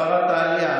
שרת העלייה,